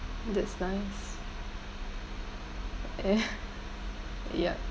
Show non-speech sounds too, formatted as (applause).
that's nice (noise) ya yup